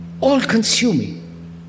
all-consuming